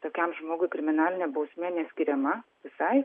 tokiam žmogui kriminalinė bausmė neskiriama visai